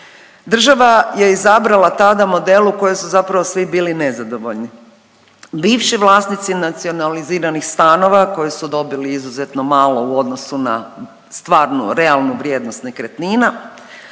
Država je izabrala tada model u kojem su zapravo svi bili nezadovoljni. Bivši vlasnici nacionaliziranih stanova koje su dobili izuzetno malo u odnosu na stvarnu, realnu vrijednost nekretnina.